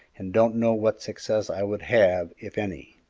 and don't know what success i would have, if any.